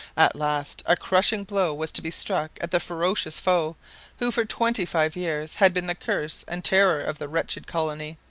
at last a crushing blow was to be struck at the ferocious foe who for twenty-five years had been the curse and terror of the wretched colony.